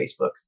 facebook